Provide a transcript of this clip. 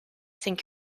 think